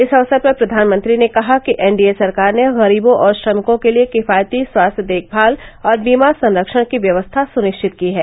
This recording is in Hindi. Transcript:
इस अवसर पर प्रधानमंत्री ने कहा कि एनडीए सरकार ने गरीबों और श्रमिकों के लिए किफायती स्वास्थ्य देखभाल और बीमा संरक्षण की व्यवस्था सुनिश्चित की है